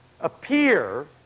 appear